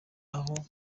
aho